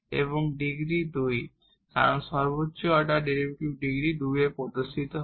এবং ডিগ্রী 2 কারণ সর্বোচ্চ অর্ডার ডেরিভেটিভ ডিগ্রী 2 এ প্রদর্শিত হয়